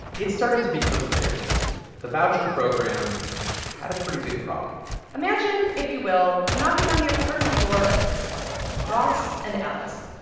it started to become clear the voucher program had a pretty big problem imagine, if you will, knocking on the apartment door of this couple, ross and alice